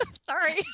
Sorry